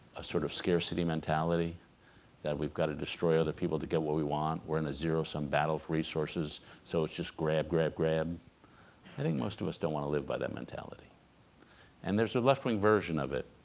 sort of scarcity mentality that we've got to destroy other people to get what we want we're in a zero-sum battle for resources so it's just grab grab grab i think most of us don't want to live by that mentality and there's a left-wing version of it